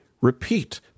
Repeat